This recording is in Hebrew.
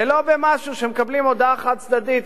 ולא במשהו שמקבלים הודעה חד-צדדית,